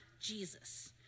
Jesus